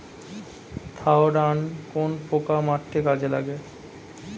Thiodan কোন পোকা মারতে কাজে লাগে?